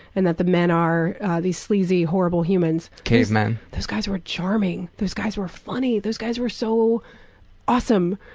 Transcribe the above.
and that the men are these sleazy, horrible humans. cavemen. those guys were charming, those guys were funny, those guys were so awesome,